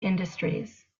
industries